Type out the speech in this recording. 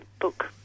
book